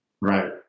Right